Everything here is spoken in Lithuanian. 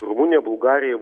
rumunija bulgarija